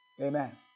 Amen